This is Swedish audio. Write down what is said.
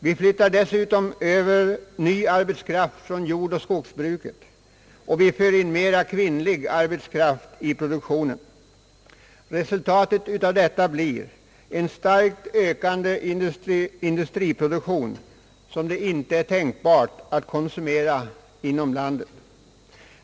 Vi flyttar dessutom över ny arbetskraft från jordoch skogsbruk, och vi för in mera kvinnlig arbetskraft i produktionen. Resultatet av detta blir en starkt ökande industriproduktion, som det inte är tänkbart att konsumera inom landet.